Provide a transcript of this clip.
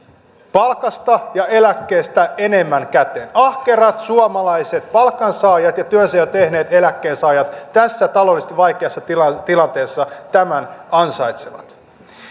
palkasta ja eläkkeestä enemmän käteen ahkerat suomalaiset palkansaajat ja työnsä jo tehneet eläkkeensaajat tässä taloudellisesti vaikeassa tilanteessa tilanteessa tämän ansaitsevat